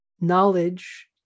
knowledge